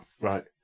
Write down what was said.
right